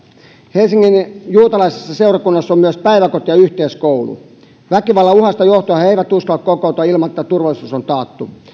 helsingin juutalaisessa seurakunnassa on myös päiväkoti ja yhteiskoulu väkivallan uhasta johtuen he eivät uskalla kokoontua ilman että turvallisuus on taattu